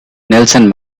nelson